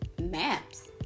maps